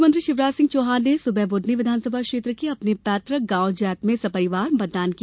मुख्यमंत्री शिवराज सिंह चौहान ने सुबह बुदनी विघानसभा क्षेत्र के अपने पैतृक गांव जैत में सपरिवार मतदान किया